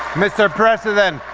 mr. president,